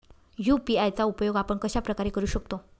UPI चा उपयोग आपण कशाप्रकारे करु शकतो?